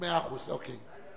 --- מאה אחוז, אוקיי.